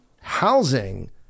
housing